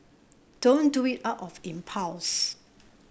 don't do it out of impulse